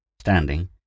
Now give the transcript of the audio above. Standing